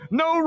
no